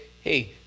hey